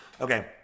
Okay